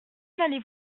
n’allez